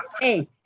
hey